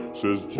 says